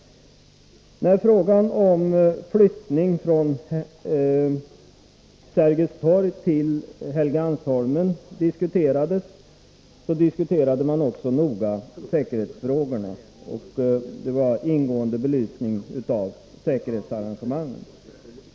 När frågan om flyttning från Sergels torg till Helgeandsholmen diskuterades, diskuterade man också säkerhetsfrågorna noga, och det gavs en ingående belysning av säkerhetsarrangemangen.